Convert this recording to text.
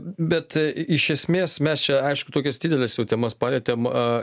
bet a iš esmės mes čia aišku tokias dideles jau temas palietėm a